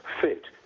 fit